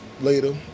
later